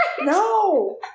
No